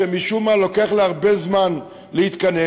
שמשום מה לוקח לה הרבה זמן להתכנס,